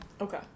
Okay